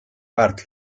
väärt